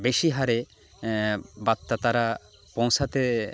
বেশি হারে বার্তা তারা পৌঁছাতে